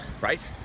right